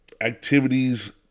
activities